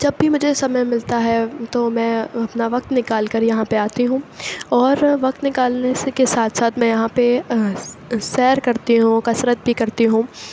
جب بھی مجھے سمئے ملتا ہے تو میں اپنا وقت نکال کر یہاں پہ آتی ہوں اور وقت نکالنے سے کے ساتھ ساتھ میں یہاں پہ سیر کرتی ہوں کسرت بھی کرتی ہوں